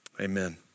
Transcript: amen